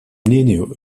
мнению